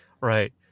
Right